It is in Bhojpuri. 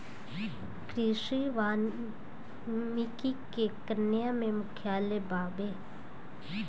कृषि वानिकी के केन्या में मुख्यालय बावे